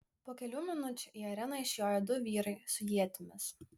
po kelių minučių į areną išjoja du vyrai su ietimis